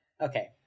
Okay